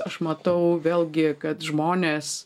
aš matau vėlgi kad žmonės